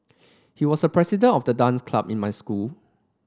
he was the president of the dance club in my school